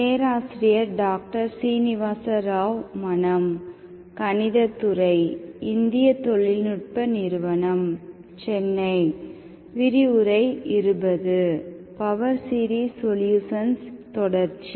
power series solutions தொடர்ச்சி